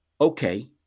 Okay